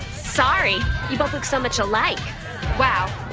sorry you but look so much alike wow,